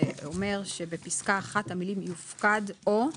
שאומר שבפסקה (1) המילים "יופקד או"